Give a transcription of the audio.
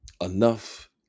enough